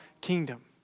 kingdom